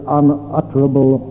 unutterable